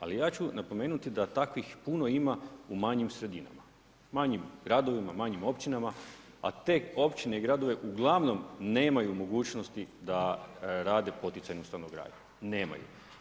Ali, ja ću napomenuti da takvih puno ima u manjim sredinama, manjim gradovima, manjim općinama, a te općine i gradovi, ugl. nemaju mogućnost da radnje poticajnu stanogradnju nemaju.